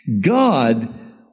God